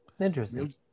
Interesting